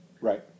Right